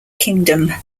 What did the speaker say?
kingdom